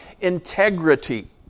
Integrity